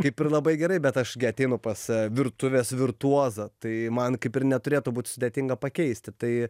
kaip ir labai gerai bet aš gi ateinu pas virtuvės virtuozą tai man kaip ir neturėtų būt sudėtinga pakeisti tai